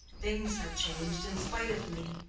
things have changed in spite of me.